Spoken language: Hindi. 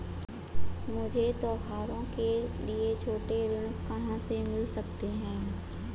मुझे त्योहारों के लिए छोटे ऋण कहां से मिल सकते हैं?